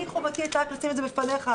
חובתי רק לשים את זה בפניך,